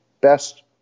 best